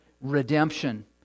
redemption